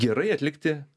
gerai atlikti